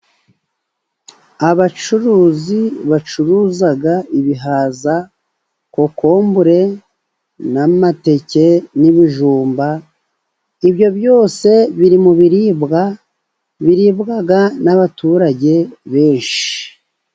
Abacuruzi bacuruza ibihaza , kokombure n'amateke n'ibijumba. Ibyo byose biri mu biribwa biribwa n'abaturage benshi.